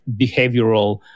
behavioral